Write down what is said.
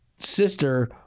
Sister